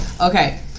okay